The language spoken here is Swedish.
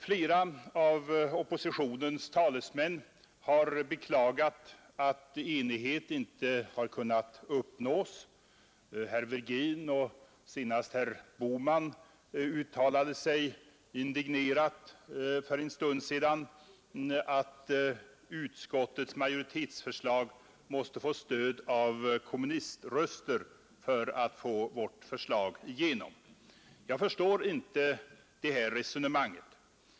Flera av oppositionens talesmän har beklagat att enighet inte har kunnat uppnås. Herr Virgin och senast herr Bohman uttalade för en stund sedan indignerat att utskottets majoritetsförslag måste få stöd av kommuniströster för att gå igenom. Jag förstår inte det här resonemanget.